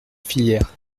filière